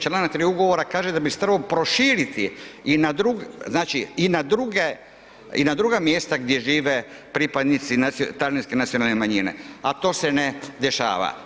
Čl. 3. ugovora kaže da bi se trebao proširiti i na druge, znači i na druga mjesta gdje žive pripadnici talijanske nacionalne manjine, a to se ne dešava.